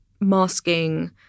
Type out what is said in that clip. masking